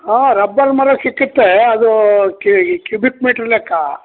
ಹಾಂ ರಬ್ಬರ್ ಮರ ಸಿಕ್ಕುತ್ತೆ ಅದು ಕ್ಯೂಬಿಕ್ ಮೀಟ್ರ್ ಲೆಕ್ಕ